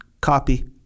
copy